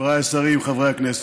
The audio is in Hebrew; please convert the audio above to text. חבריי השרים, חברי הכנסת,